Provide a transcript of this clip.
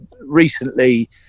recently